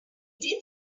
did